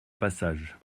passage